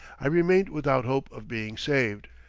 i remained without hope of being saved.